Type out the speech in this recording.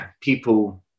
People